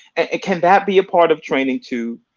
ah can that be a part of training too?